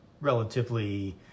relatively